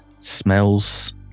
smells